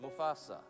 Mufasa